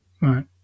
Right